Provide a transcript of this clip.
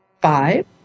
five